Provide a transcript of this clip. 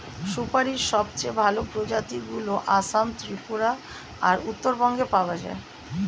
সুপারীর সবচেয়ে ভালো প্রজাতিগুলো আসাম, ত্রিপুরা আর উত্তরবঙ্গে পাওয়া যায়